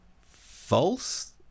false